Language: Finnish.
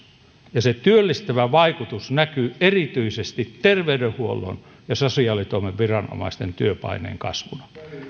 ja se työllistävä vaikutus näkyy erityisesti terveydenhuollon ja sosiaalitoimen viranomaisten työpaineen kasvuna